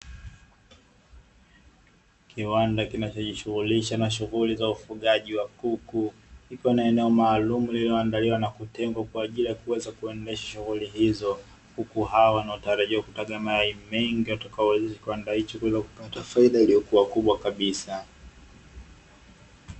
Kiwanda kinachojishughulisha na shughuli za ufugaji wa kuku, ikiwa ni eneo maalumu lilioandaliwa na kutengwa kwa ajili ya kuweza kuendesha shughuli hizo. Kuku hao wanatarajiwa kutaga mayai mengi yatakaowezesha kiwanda hicho kuweza kupata faida iliyokuwa kubwa kabisa.